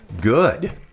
good